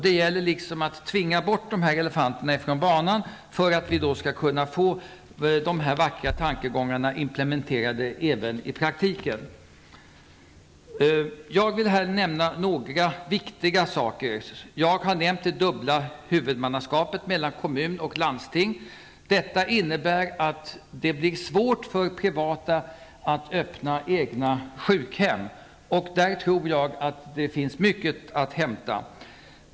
Det gäller att tvinga bort dessa elefanter för att vi skall kunna få de vackra tankarna implementerade i praktiken. Jag har velat ta upp några viktiga saker. Jag har redan nämnt det dubbla huvudmannaskapet mellan kommun och landsting. Detta innebär att det blir svårt för privata att öppna egna sjukhem. Där tror jag det finns mycket att göra.